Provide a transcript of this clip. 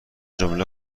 جمله